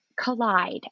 collide